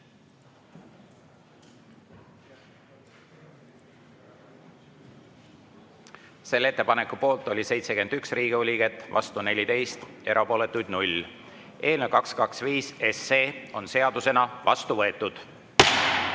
Selle ettepaneku poolt oli 71 Riigikogu liiget, vastu 14, erapooletuid 0. Eelnõu 225 on seadusena vastu võetud.